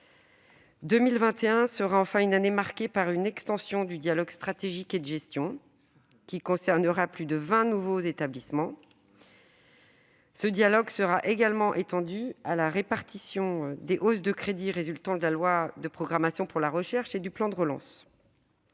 2021 sera marquée par une extension du dialogue stratégique et de gestion, qui concernera plus de 20 nouveaux établissements. Ce dialogue sera également étendu à la répartition des hausses de crédits résultant de la loi de programmation de la recherche et du plan de relance.